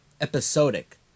episodic